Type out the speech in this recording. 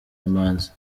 imanzi